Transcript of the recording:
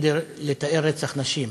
כדי לתאר רצח נשים.